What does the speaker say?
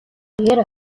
тэгэхээр